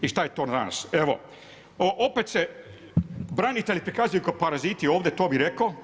I šta je to danas, evo opet se branitelji prikazuju kao paraziti ovdje to bih rekao.